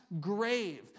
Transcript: grave